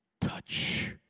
touch